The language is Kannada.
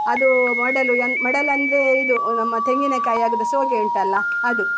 ಅದೂ ಮಡಲು ಏನು ಮಡಲಂದ್ರೇ ಇದು ನಮ್ಮ ತೆಂಗಿನಕಾಯಿ ಆಗೋದು ಸೋಗೆ ಉಂಟಲ್ಲ ಅದು